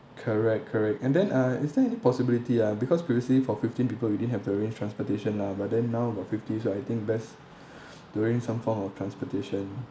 correct correct and then uh is there any possibility uh because previously for fifteen people we didn't have to arrange transportation lah but then now got fifty so I think best to arrange some form of transportation